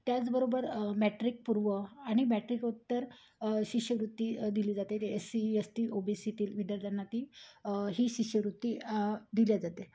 त्याचबरोबर मॅट्रिक पूर्व आणि मॅट्रिक उत्तर शिष्यवृत्ती दिली जाते S C S T O B सीतील विद्यार्थ्यांना ती ही शिष्यवृत्ती दिली जाते